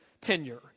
tenure